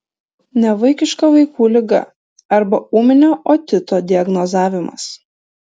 nevaikiška vaikų liga arba ūminio otito diagnozavimas